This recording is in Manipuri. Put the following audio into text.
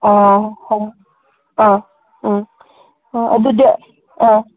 ꯑꯥ ꯑꯥ ꯑꯥ ꯍꯣꯏ ꯑꯗꯨꯗꯤ ꯑꯥ